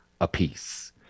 apiece